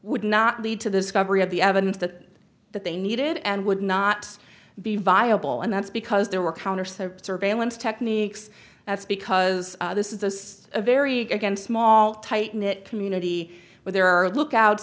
would not lead to this coverage of the evidence that that they needed and would not be viable and that's because there were counter said surveillance techniques that's because this is a six a very against small tight knit community where there are lookout